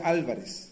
Alvarez